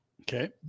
Okay